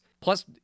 plus